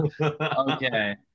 Okay